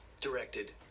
directed